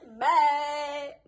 Bye